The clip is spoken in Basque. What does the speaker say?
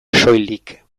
soilik